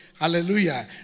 Hallelujah